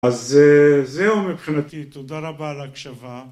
אז זהו מבחינתי, תודה רבה על ההקשבה.